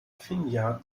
finja